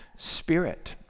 spirit